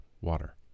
Water